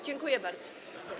Dziękuję bardzo.